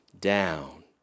down